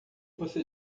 você